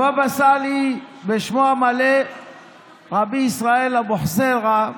הבבא סאלי, ובשמו המלא רבי ישראל אבוחצירא,